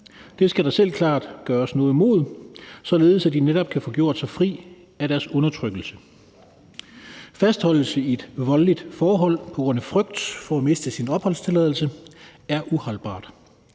Det skal der selvsagt gøres noget mod, således at de netop kan få gjort sig fri af deres undertrykkelse. Fastholdelse i et voldeligt forhold på grund af frygt for at miste sin opholdstilladelse er uholdbart.